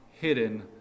hidden